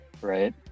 right